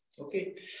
Okay